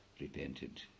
Repented